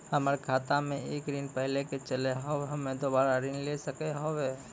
हमर खाता मे एक ऋण पहले के चले हाव हम्मे दोबारा ऋण ले सके हाव हे?